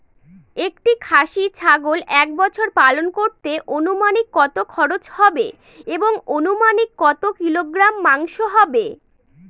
একটি খাসি ছাগল এক বছর পালন করতে অনুমানিক কত খরচ হবে এবং অনুমানিক কত কিলোগ্রাম মাংস হবে?